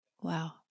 Wow